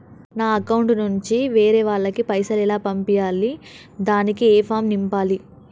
నా అకౌంట్ నుంచి వేరే వాళ్ళకు పైసలు ఎలా పంపియ్యాలి దానికి ఏ ఫామ్ నింపాలి?